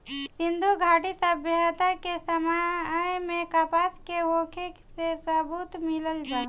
सिंधुघाटी सभ्यता के समय में कपास के होखे के सबूत मिलल बा